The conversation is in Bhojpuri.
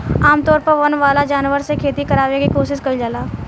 आमतौर पर वन वाला जानवर से खेती करावे के कोशिस कईल जाला